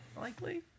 likely